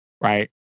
Right